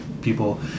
people